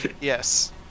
yes